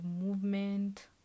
movement